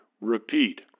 Repeat